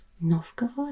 Novgorod